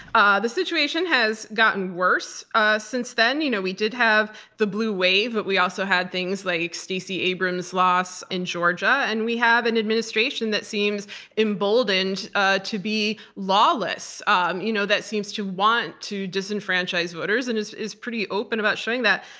ah the situation has gotten worse ah since then. you know we did have the blue wave, but we also had things like stacey abrams' loss in georgia, and we have an administration that seems emboldened ah to be lawless, um you know that seems to want to disenfranchise voters, and is is pretty open about showing that.